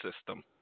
system